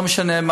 לא משנה.